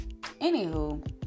Anywho